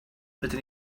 rydyn